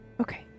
Okay